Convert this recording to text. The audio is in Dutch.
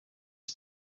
het